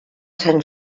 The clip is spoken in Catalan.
sant